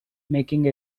making